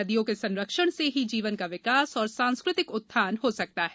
नदियों के संरक्षण से ही जीवन का विकास और सांस्कृतिक उत्थान हो सकता है